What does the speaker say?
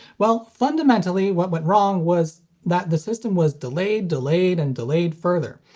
well, fundamentally what went wrong was that the system was delayed, delayed, and delayed further,